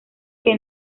que